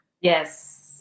Yes